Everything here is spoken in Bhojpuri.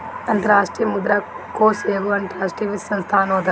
अंतरराष्ट्रीय मुद्रा कोष एगो अंतरराष्ट्रीय वित्तीय संस्थान होत हवे